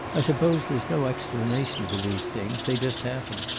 i suppose there's no explanation for these things. they just happen.